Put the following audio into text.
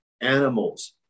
animals